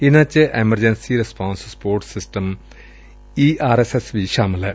ਇਨ੍ਹਾਂ ਚ emergency response support system E R S S ਵੀ ਸ਼ਾਮਲ ਏ